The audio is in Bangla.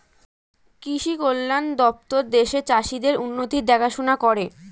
কৃষি কল্যাণ দপ্তর দেশের চাষীদের উন্নতির দেখাশোনা করে